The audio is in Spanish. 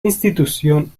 institución